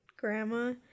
grandma